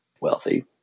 wealthy